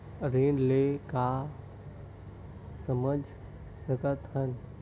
ऋण ले का समझ सकत हन?